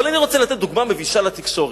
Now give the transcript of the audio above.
אבל אני רוצה לתת דוגמה מבישה לתקשורת.